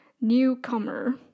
newcomer